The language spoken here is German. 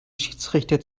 schiedsrichter